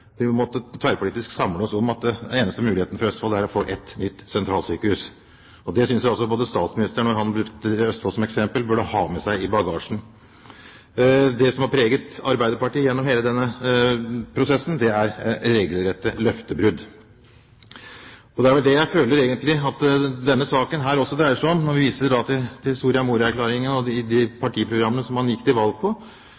vi tverrpolitisk måtte samle oss om den eneste muligheten for Østfold, å få et nytt sentralsykehus. Det synes jeg også statsministeren når han bruker Østfold som eksempel, burde ha med seg i bagasjen. Det som har preget Arbeiderpartiet gjennom hele denne prosessen, er regelrette løftebrudd. Det er vel det jeg føler at denne saken også dreier seg om. Jeg viser til Soria Moria-erklæringen og de partiprogrammene man gikk til valg på, og